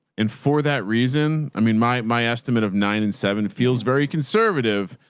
and for that reason, i mean my, my estimate of nine and seven feels very conservative.